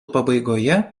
pabaigoje